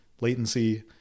latency